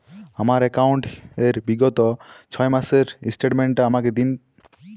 আমার অ্যাকাউন্ট র বিগত ছয় মাসের স্টেটমেন্ট টা আমাকে দিন?